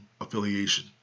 affiliation